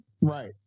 Right